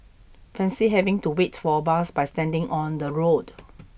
Fancy having to wait for a bus by standing on the road